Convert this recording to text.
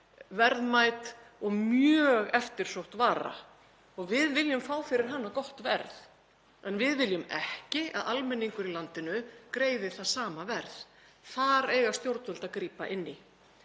verðmæt og mjög eftirsótt vara og við viljum fá fyrir hana gott verð. En við viljum ekki að almenningur í landinu greiði það sama verð. Þar eiga stjórnvöld að grípa inn í.